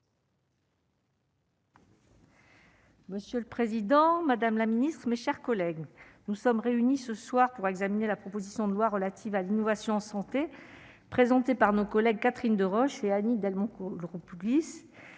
Monsieur le Président, Madame la Ministre, mes chers collègues, nous sommes réunis ce soir pour examiner la proposition de loi relative à l'innovation santé présenté par nos collègues Catherine Deroche et Annie Delmont groupe glisse